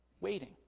waiting